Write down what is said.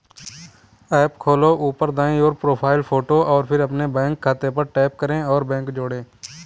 app खोलो, ऊपर दाईं ओर, प्रोफ़ाइल फ़ोटो और फिर अपने बैंक खाते पर टैप करें और बैंक जोड़ें